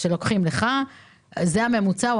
וזה הממוצע.